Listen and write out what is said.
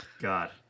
god